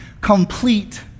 complete